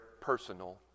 personal